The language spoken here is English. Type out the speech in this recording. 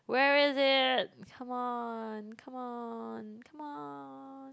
where is it come on come on come on